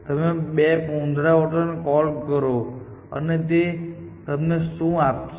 તમે બે પુનરાવર્તન કોલ કરો છો અને તે તમને શું આપશે